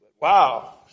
Wow